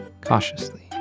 cautiously